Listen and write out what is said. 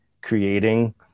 creating